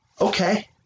Okay